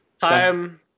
Time